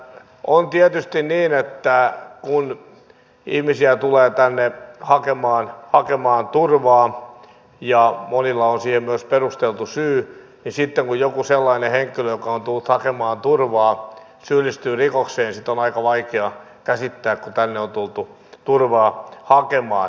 on tietysti niin että kun ihmisiä tulee tänne hakemaan turvaa ja monilla on siihen myös perusteltu syy niin sitten kun joku sellainen henkilö joka on tullut hakemaan turvaa syyllistyy rikokseen sitä on aika vaikea käsittää kun tänne on tultu turvaa hakemaan